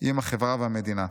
עם החברה והמדינה.